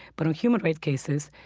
but in human rights cases,